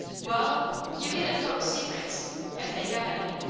wall you git at folks' secrets if they have any,